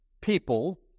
people